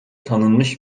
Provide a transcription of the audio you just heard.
tanınmış